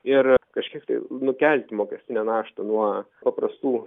ir kažkiek tai nukelti mokestinę naštą nuo paprastų